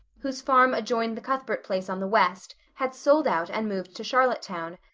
whose farm adjoined the cuthbert place on the west, had sold out and moved to charlottetown.